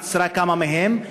עצרה כמה מהם,